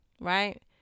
right